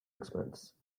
expense